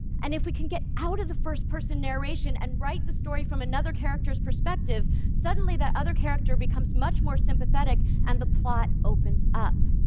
and if we can get out of the first-person narration and write the story from another character's perspective, suddenly that other character becomes much more sympathetic, and the plot opens up.